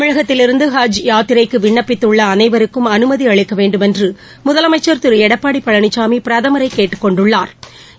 தமிழகத்திலிருந்து ஹஜ் யாத்திரைக்கு விண்ணப்பித்துள்ள அனைவருக்கும் அனுமதி அளிக்க வேண்டுமென்று முதலமைச்சா் திரு எடப்பாடி பழனிசாமி பிரதமரை கேட்டுக் கொண்டுள்ளாா்